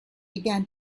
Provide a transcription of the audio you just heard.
began